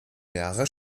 mehrere